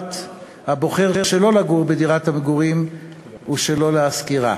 הבוחר שלא לגור בדירת המגורים ולא להשכירה.